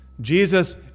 Jesus